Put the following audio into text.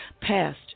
passed